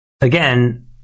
Again